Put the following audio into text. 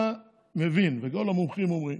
אתה מבין, וכל המומחים אומרים,